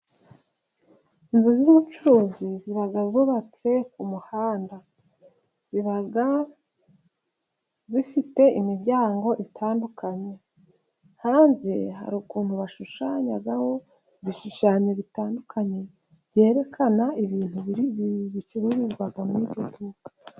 Inzu z'bucuruzi zibg zubatse ku muhanda. Ziba zifite imiryango itandukanye. Hanze hari ukuntu bashushanyaho ibishushanyo bitandukanye byerekana ibintu bicururizwa muri iryo duka.